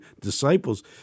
disciples